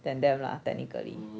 then them lah technically